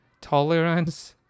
tolerance